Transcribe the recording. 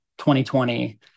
2020